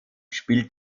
spielt